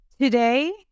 Today